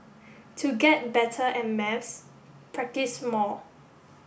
to get better at maths practise more